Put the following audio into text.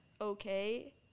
Okay